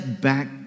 back